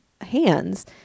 hands